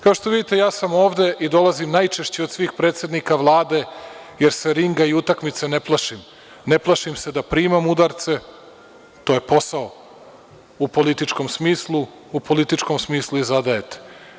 Kao što vidite, ja sam ovde i dolazim najčešće od svih predsednika Vlade jer se ringa i utakmice ne plašim, ne plašim se da primam udarce, to je posao u političkom smislu, u političkom smislu i zadajete.